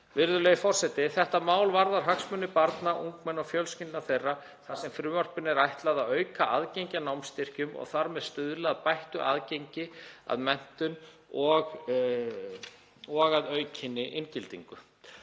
Virðulegi forseti. Þetta mál varðar hagsmuni barna, ungmenna og fjölskyldna þeirra þar sem frumvarpinu er ætlað að auka aðgengi að námsstyrkjum og þar með stuðla að bættu aðgengi að menntun og að aukinni inngildingu.